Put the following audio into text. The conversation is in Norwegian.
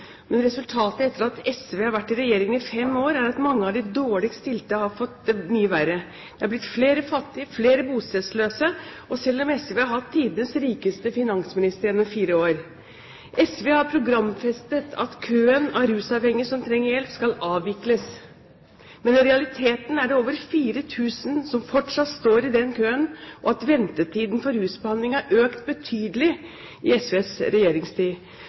men resultatet etter at SV har vært i regjering i fem år, er at mange av de dårligst stilte har fått det mye verre. Det har blitt flere fattige og flere bostedsløse – selv om SV har hatt tidenes rikeste finansminister gjennom fire år. SV har programfestet at køen av rusavhengige som trenger hjelp, skal avvikles. Men realiteten er at det er over 4 000 som fortsatt står i den køen, og at ventetiden for rusbehandling har økt betydelig i SVs regjeringstid.